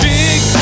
big